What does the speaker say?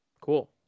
Cool